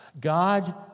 God